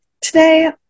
today